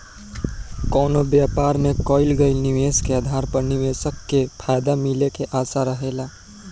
कवनो व्यापार में कईल गईल निवेश के आधार पर निवेशक के फायदा मिले के आशा रहेला